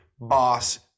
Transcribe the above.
boss